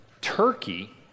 Turkey